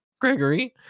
Gregory